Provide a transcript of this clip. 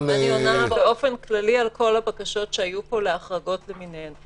אני עונה באופן כללי על כל הבקשות שהיו פה להחרגות למיניהן.